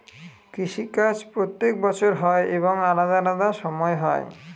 কৃষি কাজ প্রত্যেক বছর হয় এবং আলাদা আলাদা সময় হয়